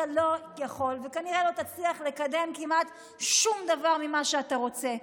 אתה לא יכול וכנראה לא תצליח לקדם כמעט שום דבר ממה שאתה רוצה,